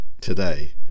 today